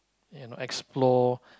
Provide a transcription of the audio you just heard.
and explore